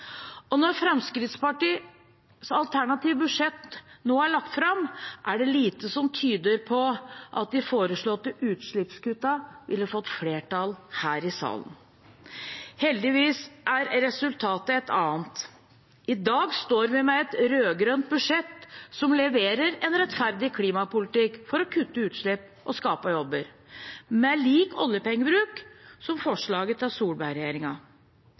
Og når Fremskrittspartiets alternative budsjett nå er lagt fram, er det lite som tyder på at de foreslåtte utslippskuttene ville fått flertall her i salen. Heldigvis er resultatet et annet. I dag står vi med et rødgrønt budsjett som leverer en rettferdig klimapolitikk for å kutte utslipp og skape jobber – med lik oljepengebruk som forslaget til